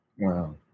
wow